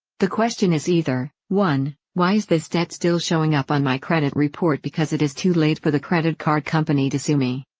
the question is either one. why is his dad still showing up on my credit report? because it is too late for the credit card company to see me.